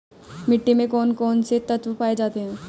मिट्टी में कौन कौन से तत्व पाए जाते हैं?